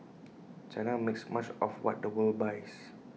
China makes much of what the world buys